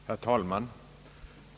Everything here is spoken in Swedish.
Herr talman!